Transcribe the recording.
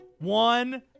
one